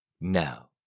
Now